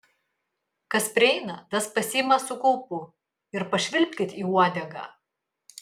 kas prieina tas pasiima su kaupu ir pašvilpkit į uodegą